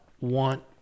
want